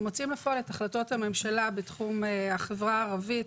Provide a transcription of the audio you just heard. מוציאים לפועל את החלטות הממשלה בתחום החברה הערבית.